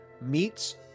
meets